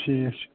ٹھیٖک چھُ